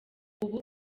ubu